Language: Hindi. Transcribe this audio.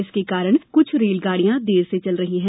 इसके कारण कुछ रेलगाड़िया देर से चल रही है